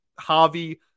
Javi